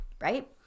right